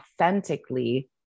authentically